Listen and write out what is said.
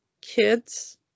kids